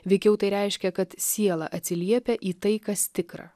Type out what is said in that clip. veikiau tai reiškia kad siela atsiliepia į tai kas tikra